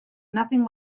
nothing